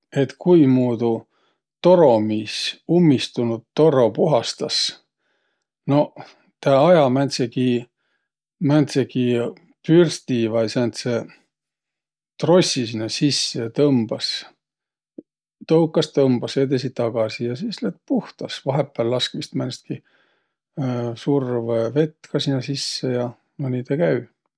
Et kuimuudu toromiis ummistunut torro puhastas? Noq tä aja määntsegi, määntsegi pürsti vai sääntse trossi sinnäq sisse ja tõmbas. Toukas-tõmbas edesi-tagasi ja sis lätt puhtas. Vahepääl lask vaest määnestki survõvett ka sinnäq sisse ja. No nii tä käü.